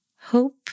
Hope